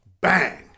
Bang